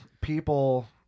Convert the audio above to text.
people